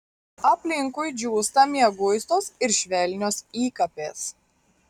aplinkui džiūsta mieguistos ir švelnios įkapės